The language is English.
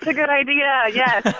ah good idea, yes